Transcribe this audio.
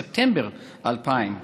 בספטמבר 2000,